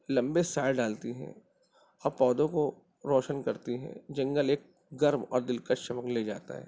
لمبے سائے ڈالتی ہیں اب پودوں کو روشن کرتی ہیں جنگل ایک گرو اور دلکش سبق لے جاتا ہے